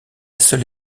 seule